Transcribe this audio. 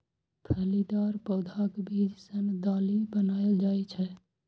फलीदार पौधाक बीज सं दालि बनाएल जाइ छै